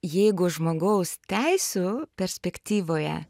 jeigu žmogaus teisių perspektyvoje